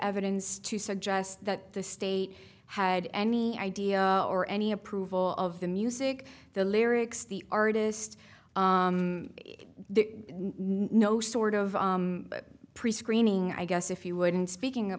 evidence to suggest that the state had any idea or any approval of the music the lyrics the artist no sort of prescreening i guess if you wouldn't speaking